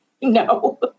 No